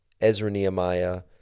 Ezra-Nehemiah